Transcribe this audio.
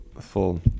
full